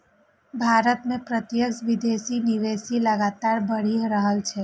भारत मे प्रत्यक्ष विदेशी निवेश लगातार बढ़ि रहल छै